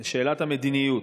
על שאלת המדיניות.